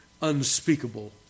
unspeakable